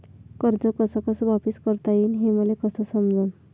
कर्ज कस कस वापिस करता येईन, हे मले कस समजनं?